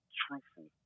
truthful